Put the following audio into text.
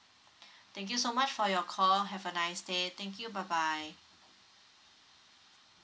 thank you so much for your call have a nice day thank you bye bye